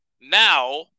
Now